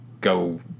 go